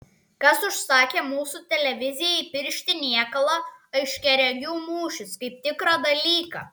kas užsakė mūsų televizijai piršti niekalą aiškiaregių mūšis kaip tikrą dalyką